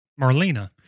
Marlena